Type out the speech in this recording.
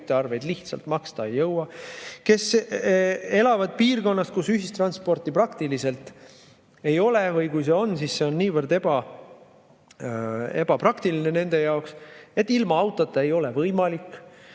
küttearveid lihtsalt maksta ei jõua, kes elavad piirkonnas, kus ühistransporti praktiliselt ei ole, või kui see on, siis see on niivõrd ebapraktiline nende jaoks, ilma autota ei ole võimalik